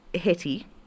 hetty